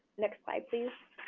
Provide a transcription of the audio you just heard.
next slide please.